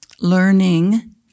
learning